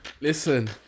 Listen